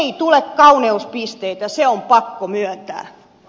ei tule kauneuspisteitä se on pakko myöntää